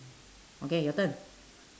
okay your turn